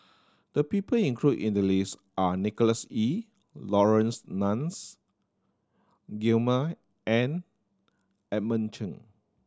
the people include in the list are Nicholas Ee Laurence Nunns Guillemard and Edmund Cheng